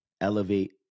elevate